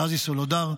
רזי סולודר,